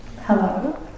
hello